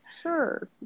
Sure